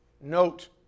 Note